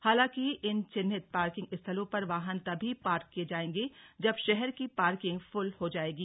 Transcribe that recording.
हालांकि इन चिन्हित पार्किंग स्थलों पर वाहन तभी पार्क किए जायेंगे जब शहर की पार्किंग फूल हो जाएगी